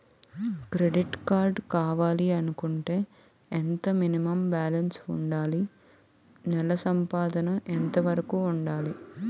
Credit card కావాలి అనుకుంటే ఎంత మినిమం బాలన్స్ వుందాలి? నెల సంపాదన ఎంతవరకు వుండాలి?